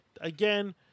again